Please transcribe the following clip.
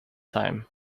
time